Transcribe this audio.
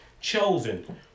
chosen